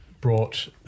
brought